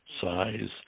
size